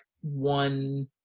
one